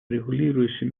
регулирующим